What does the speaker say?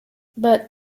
but